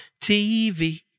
TV